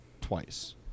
twice